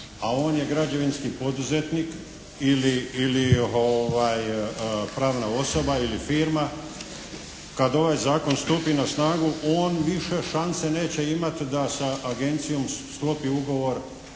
a on je građevinski poduzetnik ili pravna osoba ili firma, kad ovaj Zakon stupi na snagu on više šanse neće imati da sa agencijom sklopi ugovor